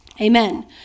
Amen